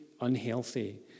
unhealthy